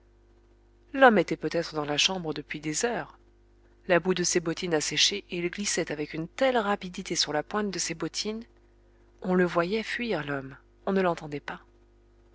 l'homme était peut-être dans la chambre depuis des heures la boue de ses bottines a séché et il glissait avec une telle rapidité sur la pointe de ses bottines on le voyait fuir l'homme on ne l'entendait pas